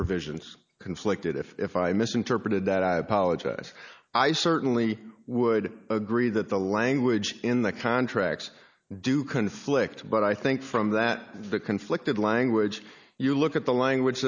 provisions conflicted if i misinterpreted that i apologize i certainly would agree that the language in the contracts do conflict but i think from that the conflicted language you look at the language